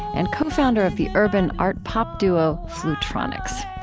and co-founder of the urban art-pop duo flutronix.